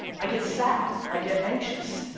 i get sad, i get anxious.